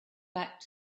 back